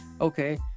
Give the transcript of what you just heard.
okay